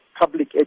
public